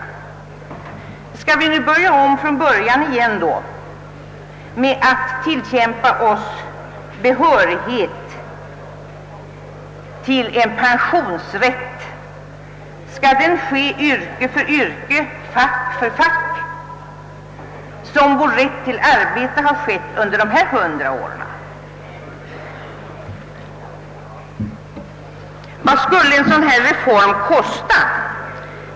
Skall vi nu få börja om från början igen och kämpa för att få behörighet för en viss pensionsform på samma sätt som kvinnorna under hundra år kämpat sig till yrke för yrke, fack för fack? Vad skulle en sådan här reform kosta?